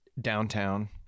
downtown